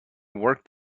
work